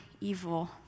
evil